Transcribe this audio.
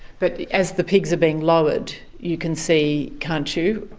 but as the pigs are being lowered you can see, can't you,